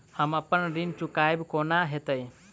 हम अप्पन ऋण चुकाइब कोना हैतय?